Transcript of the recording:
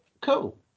cool